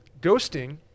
ghosting